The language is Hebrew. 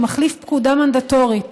שמחליף פקודה מנדטורית.